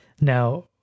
Now